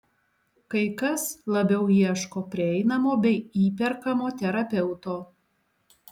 kai kas labiau ieško prieinamo bei įperkamo terapeuto